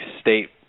state